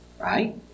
Right